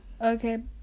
okay